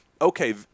Okay